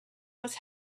was